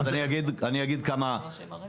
אז אני אגיד כמה מרכיבים.